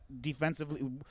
defensively